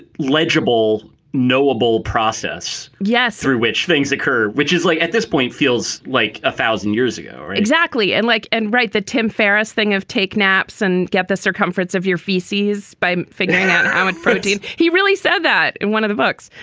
legible, knowable process yes. through which things occur, which is like at this point feels like a thousand years ago or exactly. and like and. right. the tim ferriss thing of take naps and get the circumference of your feces by figuring out how much protein he really said that. and one of the books.